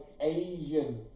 Asian